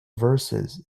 verses